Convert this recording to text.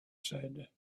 said